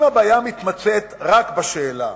אם הבעיה מתמצית רק בשאלה